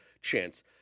chance